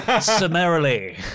Summarily